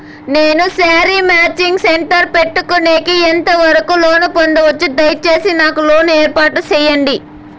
నేను sari matching centre పెట్టుకునేకి ఎంత వరకు లోను పొందొచ్చు? దయసేసి నాకు లోను ఏర్పాటు సేయండి?